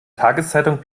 tageszeitung